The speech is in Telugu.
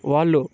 వాళ్ళు